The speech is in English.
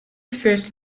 refers